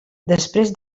després